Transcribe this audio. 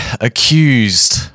accused